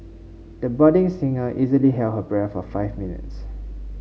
the budding singer easily held her breath for five minutes